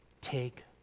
take